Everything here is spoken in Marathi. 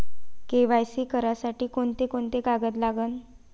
के.वाय.सी करासाठी कोंते कोंते कागद लागन?